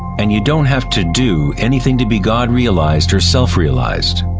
and you don't have to do anything to be god-realized or self-realized.